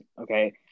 Okay